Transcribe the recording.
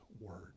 word